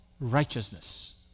righteousness